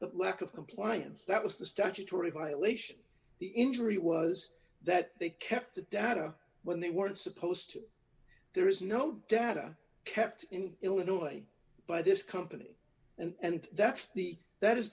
the lack of compliance that was the statutory violation the injury was d that they kept the data when they weren't supposed to there is no data kept in illinois by this company and that's the that is